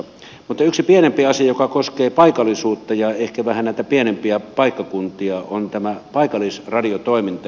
mutta yksi pienempi asia joka koskee paikallisuutta ja ehkä vähän näitä pienempiä paikkakuntia on tämä paikallisradiotoiminta